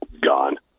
gone